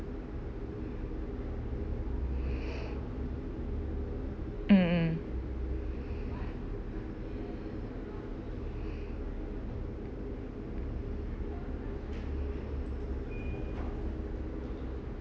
mm mm